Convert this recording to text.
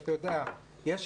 כי יש את הנורבגי ויבואו חדשים,